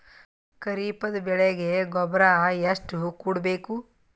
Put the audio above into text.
ಖರೀಪದ ಬೆಳೆಗೆ ಗೊಬ್ಬರ ಎಷ್ಟು ಕೂಡಬೇಕು?